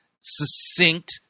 succinct